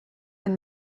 ben